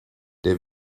der